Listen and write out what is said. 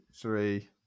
three